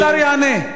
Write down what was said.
השר יענה.